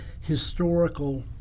historical